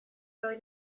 oedd